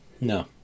no